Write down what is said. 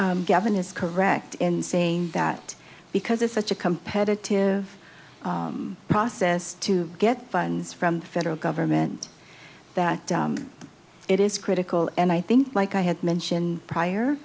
so gavin is correct in saying that because it's such a competitive process to get funds from the federal government that it is critical and i think like i had mentioned pryor